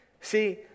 See